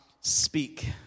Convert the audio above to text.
speak